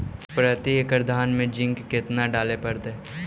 प्रती एकड़ धान मे जिंक कतना डाले पड़ताई?